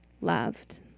loved